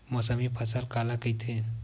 मौसमी फसल काला कइथे?